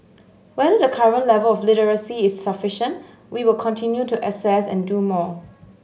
whether the current level of literacy is sufficient we will continue to assess and do more